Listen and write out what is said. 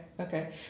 Okay